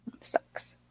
Sucks